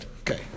Okay